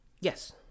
Yes